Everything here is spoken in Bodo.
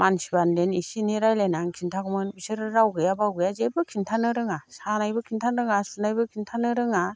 मानसि बादिब्ला एसे एनै रायज्लायनानै खिन्थागौमोन बिसोरो राव गैया बाव गैया जेबो खिन्थानो रोङा सानायबो खिन्थानो रोङा सुनायबो खिन्थानो रोङा